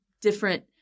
different